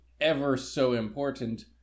ever-so-important